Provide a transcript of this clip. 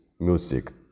music